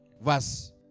verse